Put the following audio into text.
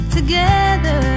Together